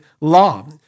Law